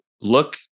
look